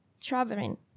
traveling